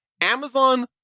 Amazon